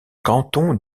canton